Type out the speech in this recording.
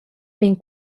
vegn